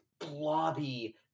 Blobby